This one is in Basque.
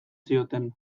zioten